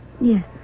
yes